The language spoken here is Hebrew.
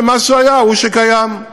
שמה שהיה הוא שקיים.